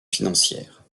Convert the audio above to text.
financières